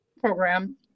program